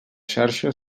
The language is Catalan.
xarxa